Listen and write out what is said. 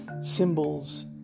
symbols